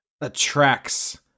attracts